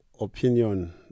opinion